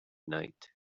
night